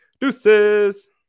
Deuces